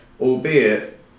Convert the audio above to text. Albeit